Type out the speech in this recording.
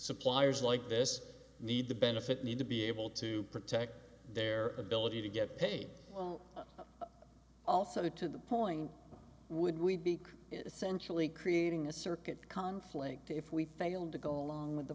suppliers like this need the benefit need to be able to protect their ability to get paid also added to the point would we be essentially creating a circuit conflict if we failed to go along with the